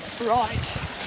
Right